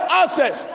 access